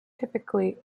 typically